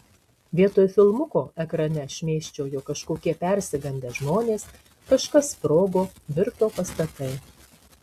vietoj filmuko ekrane šmėsčiojo kažkokie persigandę žmonės kažkas sprogo virto pastatai